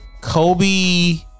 Kobe